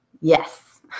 Yes